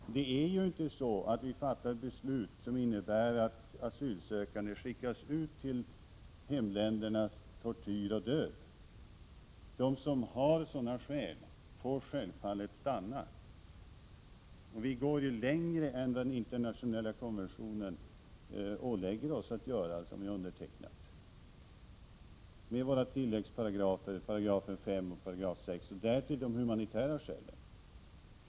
Regeringen fattar inte beslut som innebär att asylsökande skickas tillbaka till tortyr och död i hemländerna. De som har sådana skäl får självfallet stanna. I Sverige går vi längre än vad som åläggs oss i den internationella konvention som vi har undertecknat, med tilläggsparagrafer, 5 och 6 §§, och därtill de humanitära skälen.